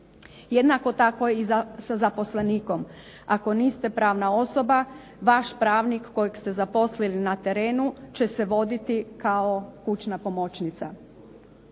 Jednako tako je i sa zaposlenikom. Ako niste pravna osoba vaš pravnik kojeg ste zaposlili na terenu će se voditi kao kućna pomoćnica.